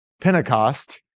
Pentecost